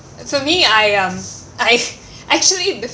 for me I um I've actually